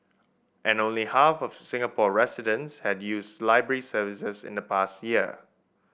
and only half of Singapore residents had used library services in the past year